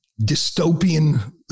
dystopian